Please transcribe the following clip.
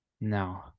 no